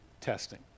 testing